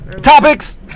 Topics